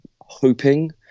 hoping